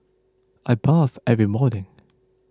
I bathe every morning